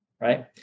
right